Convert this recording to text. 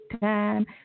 time